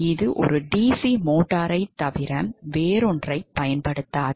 இது ஒரு DC மோட்டாரைத் தவிர வேறொன்றைப் பயன்படுத்தாது